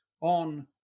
on